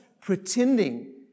pretending